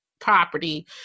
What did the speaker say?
Property